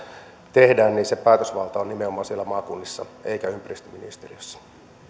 tehdään niin se päätösvalta on nimenomaan siellä maakunnissa eikä ympäristöministeriössä